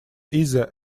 easier